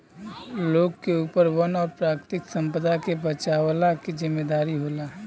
लोग के ऊपर वन और प्राकृतिक संपदा के बचवला के जिम्मेदारी होला